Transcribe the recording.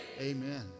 Amen